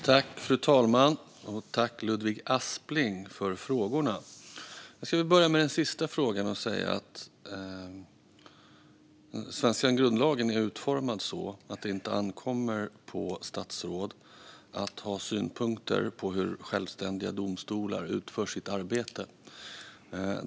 Fru talman! Jag tackar Ludvig Aspling för frågorna. Jag ska börja med den sista frågan och säga att den svenska grundlagen är utformad så att det inte ankommer på statsråd att ha synpunkter på hur självständiga domstolar utför sitt arbete.